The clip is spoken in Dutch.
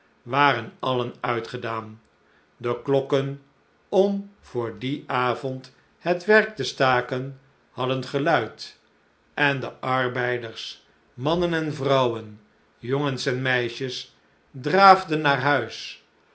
waren alien uitgedaan deklokken om voor dien avond het werk te staken hadden geluid en de arbeiders mannen en vrouwen jongens en meisjes draafden naar huis